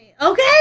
Okay